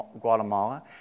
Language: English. Guatemala